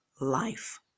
life